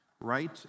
Right